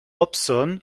hobson